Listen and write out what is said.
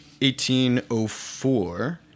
1804